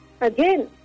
again